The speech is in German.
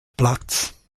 platz